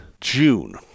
June